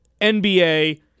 NBA